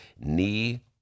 knee